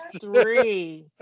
three